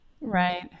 Right